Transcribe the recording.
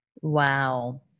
Wow